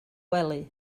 wely